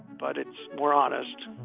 but it's more honest.